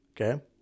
Okay